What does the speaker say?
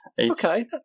okay